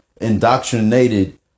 indoctrinated